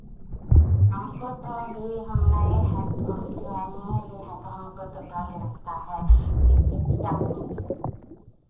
हमको तो अभी हम नए हैं तो हम जॉइन ही लिए हैं तो हमको तो डर लगता है कि कहीं जाएँगे